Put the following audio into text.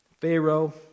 Pharaoh